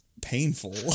painful